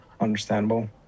Understandable